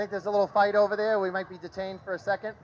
think has a little fight over there we might be detained for a second